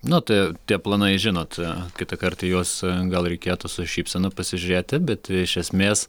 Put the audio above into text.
na tai tie planai žinot kitąkart į juos gal reikėtų su šypsena pasižiūrėti bet iš esmės